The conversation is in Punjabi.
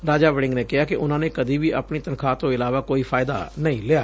ਰਾਜਾ ਵੜਿੰਗ ਨੇ ਕਿਹਾ ਕਿ ਉਨੂਾਂ ਨੇ ਕਦੀ ਵੀ ਆਪਣੀ ਤਨਖਾਹ ਤੋਂ ਇਲਾਵਾ ਕੋਈ ਫਾਇਦਾ ਨਹੀਂ ਲਿਆ